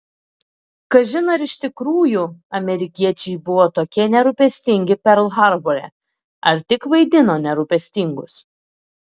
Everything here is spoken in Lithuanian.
kažin ar iš tikrųjų amerikiečiai buvo tokie nerūpestingi perl harbore ar tik vaidino nerūpestingus